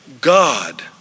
God